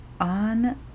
on